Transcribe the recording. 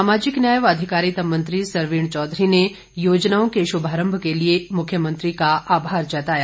सामाजिक न्याय व अधिकारिता मंत्री सरवीण चौधरी ने योजनों के शुभारंभ के लिए मुख्यमंत्री का आभार जताया